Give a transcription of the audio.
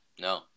No